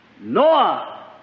Noah